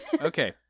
Okay